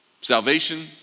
salvation